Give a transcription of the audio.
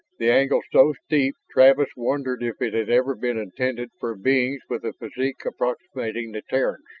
the angle so steep travis wondered if it had ever been intended for beings with a physique approximating the terrans'.